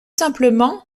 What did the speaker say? simplement